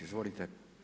Izvolite.